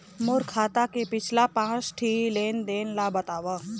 मोर खाता के पिछला पांच ठी लेन देन ला बताव?